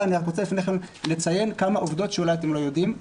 אני רק רוצה לציין כמה עובדות שאולי אתם לא יודעים,